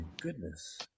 goodness